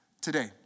today